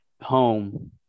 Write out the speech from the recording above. home